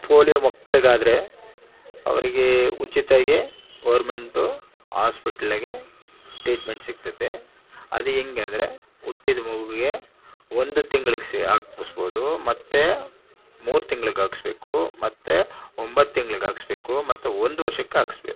polio ಮಕ್ಕಳಿಗಾದರೆ ಅವರಿಗೆ ಉಚಿತಾಗಿ ಗೋರ್ಮೆಂಟು ಹಾಸ್ಪೆಟ್ಲಿಗೆ ಟ್ರೀಟ್ಮೆಂಟ್ ಸಿಕ್ತತೆ ಅದು ಹೆಂಗೆ ಅಂದರೆ ಹುಟ್ಟಿದ್ ಮಗುಗೆ ಒಂದು ತಿಂಗಳಿಗ್ ಸ್ ಹಾಕಿಸ್ಬೋದು ಮತ್ತು ಮೂರು ತಿಂಗ್ಳಿಗಾಕಿಸ್ಬೇಕು ಮತ್ತು ಒಂಬತ್ತು ತಿಂಗ್ಳಿಗಾಕಿಸ್ಬೇಕು ಮತ್ತು ಒಂದು ವರ್ಷಕ್ಕಾಕಿಸ್ಬೇಕು